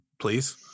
please